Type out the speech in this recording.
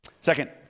Second